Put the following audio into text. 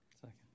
Second